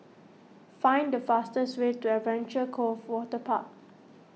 find the fastest way to Adventure Cove Waterpark